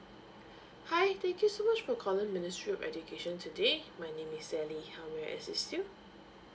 hi thank you so much for calling ministry of education today my name is sally how may I assist you